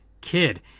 kid